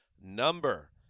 number